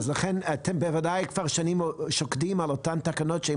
אז לכן אתם בוודאי כבר שנים שוקדים על אותן תקנות שהן